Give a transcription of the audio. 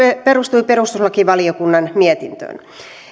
perustui perustuslakivaliokunnan mietintöön